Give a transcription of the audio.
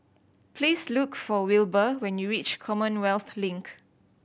please look for Wilber when you reach Commonwealth Link